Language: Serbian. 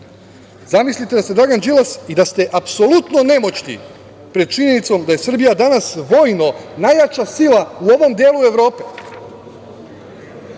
Zamislite da ste Dragan Đilas i da ste apsolutno nemoćni pred činjenicom da je Srbija danas vojno najjača sila u ovom delu Evrope.